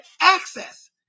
access